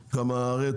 הרי,